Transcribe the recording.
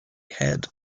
head